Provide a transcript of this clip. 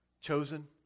Chosen